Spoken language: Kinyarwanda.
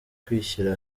kwishyira